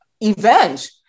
event